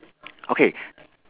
okay